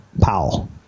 Powell